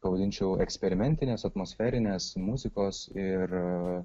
pavadinčiau eksperimentinės atmosferinės muzikos ir